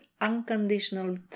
unconditional